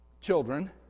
children